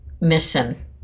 mission